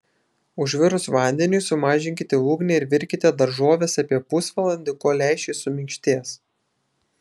užvirus vandeniui sumažinkite ugnį ir virkite daržoves apie pusvalandį kol lęšiai suminkštės